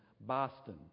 Boston